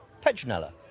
Petronella